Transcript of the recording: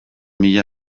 mila